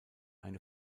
eine